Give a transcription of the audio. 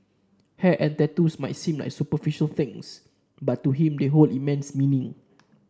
hair and tattoos might seem like superficial things but to him they hold immense meaning